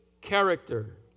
character